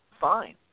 fine